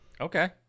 Okay